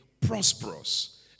prosperous